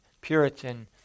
Puritan